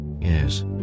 yes